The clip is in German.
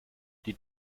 die